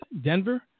Denver